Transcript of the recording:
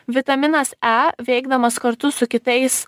vitaminas e veikdamas kartu su kitais